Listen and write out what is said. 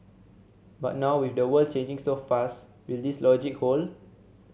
but now with the world changing so fast will this logic hold